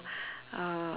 uh